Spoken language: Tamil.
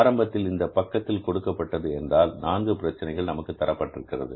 ஆரம்பத்தில் இந்த பக்கத்தில் கொடுக்கப்பட்டது என்றால் நான்கு பிரச்சினைகள் நமக்குத் தரப்பட்டிருக்கிறது